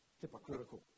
hypocritical